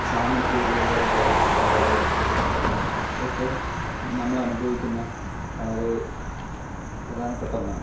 സാമൂഹ്യ വിരുദ്ധരുടെ ഇടപാടും ഇടപെടലും ഒക്കെ നമ്മളനുഭവിക്കുന്ന വളരെ പ്രധാനപ്പെട്ട ഒന്നാണ്